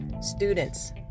students